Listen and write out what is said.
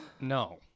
No